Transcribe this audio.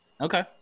Okay